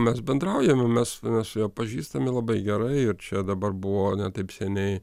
mes bendraujame mes mes su juo pažįstami labai gerai ir čia dabar buvo ne taip seniai